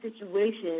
situation